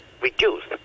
reduced